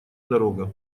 дорога